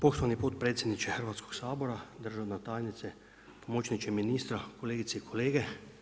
Poštovani potpredsjedniče Hrvatskog sabora, državna tajnice, pomoćniče ministra, kolegice i kolege.